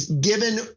given